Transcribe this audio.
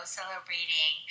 celebrating